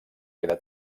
queda